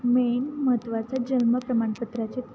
main महत्वाचा जन्म प्रमाणपत्राचे